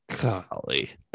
golly